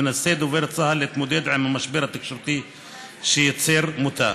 מנסה דובר צה"ל להתמודד עם המשבר התקשורתי שייצר מותה.